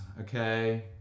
okay